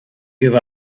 give